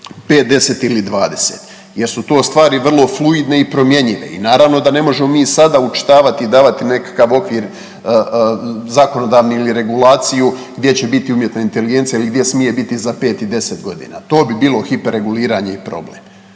10 ili 20 jer su to stvari vrlo fluidne i promjenjive i naravno da ne možemo mi sada učitavati i davati nekakav okvir zakonodavni ili regulaciju gdje će biti umjetna inteligencija ili gdje smije biti za 5 i 10.g., to bi bilo hiper reguliranje i problem.